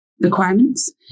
requirements